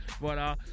Voilà